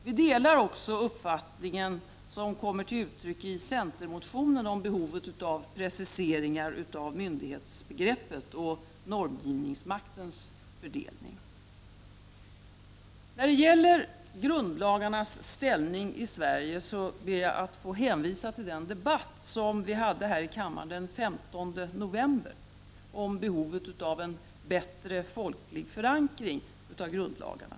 Vi delar också uppfattningen som kommer till uttryck i centermotionen om behovet av preciseringar av myndighetsbegreppet och normgivningsmaktens fördelning. När det gäller grundlagarnas ställning i Sverige ber jag att få hänvisa till den debatt vi hade i kammaren den 15 november om behovet av en bättre folklig förankring av grundlagarna.